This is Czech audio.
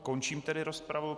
Končím tedy rozpravu.